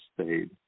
stayed